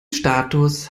status